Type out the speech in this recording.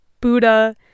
Buddha